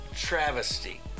Travesty